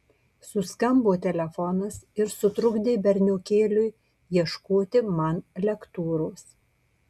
suskambo telefonas ir sutrukdė berniokėliui ieškoti man lektūros